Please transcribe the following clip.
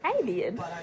Alien